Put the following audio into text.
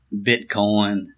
Bitcoin